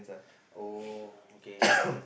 oh okay so